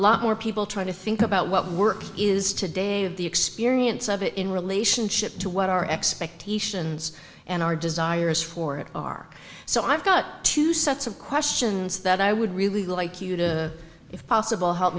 lot more people trying to think about what work is today the experience of it in relationship to what our expectations and our desires for it are so i've got two sets of questions that i would really like you to if possible help